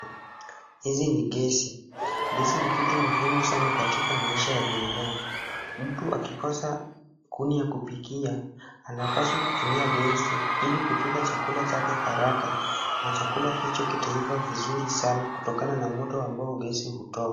Hizi ni gesi. Gesi ni kitu muhimu katika maisha ya binadamu. Mtu akikosa kuninya kupikia anapaswa kutumia gesi ili kupika chakula chake haraka na chakula hicho kitaiva vizuri sana kutokana na moto ambao gesi hutoa.